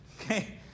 Okay